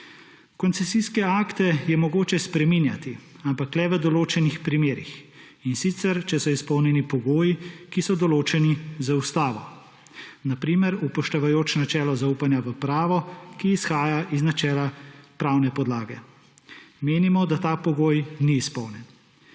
Koncesijske akte je mogoče spreminjati, ampak le v določenih primerih, in sicer če so izpolnjeni pogoji, ki so določeni z ustavo, na primer upoštevajoč načelo zaupanja v pravo, ki izhaja iz načela pravne podlage. Menimo, da ta pogoj ni izpolnjen.